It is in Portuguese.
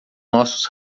nossos